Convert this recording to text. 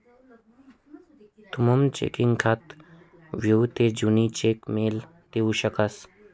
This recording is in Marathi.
तुमनं चेकिंग खातं व्हयी ते तुमी चेक मेल देऊ शकतंस